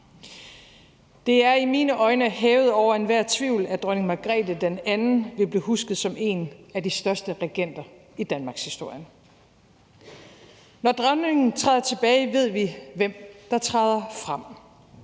Det er i mine øjne hævet over enhver tvivl, at Dronning Margrethe II vil blive husket som en af de største regenter i danmarkshistorien. Når dronningen træder tilbage, ved vi, hvem der træder frem.